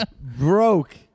Broke